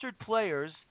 players